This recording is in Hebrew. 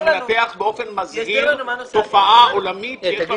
אתה מנתח באופן מזהיר תופעה עולמית שיש לה